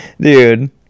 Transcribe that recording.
Dude